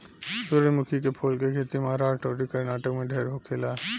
सूरजमुखी के फूल के खेती महाराष्ट्र अउरी कर्नाटक में ढेर होखेला